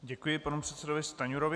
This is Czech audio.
Děkuji panu předsedovi Stanjurovi.